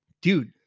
Dude